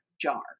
jar